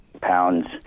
pounds